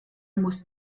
muss